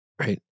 Right